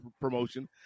promotion